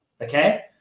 Okay